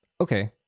Okay